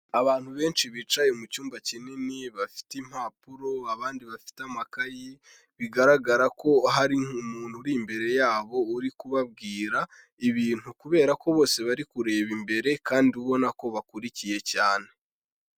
Abantu benshi bicaye mucyumba kinini bafite impapuro abandi bafite amakayi bigaragara ko hari umuntu uri imbere yabo uri kubabwira ibintu kubera ko bose bari kureba imbere kandi ubona ko bakurikiye cyane.